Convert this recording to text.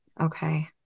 Okay